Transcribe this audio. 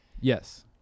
Yes